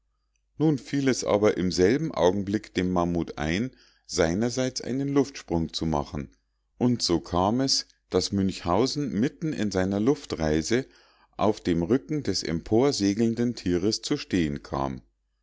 nun fiel es aber im selben augenblick dem mammut ein seinerseits einen luftsprung zu machen und so kam es daß münchhausen mitten in seiner luftreise auf den rücken des emporsegelnden tieres zu stehen kam